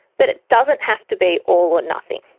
but it doesn't have to be all or nothing.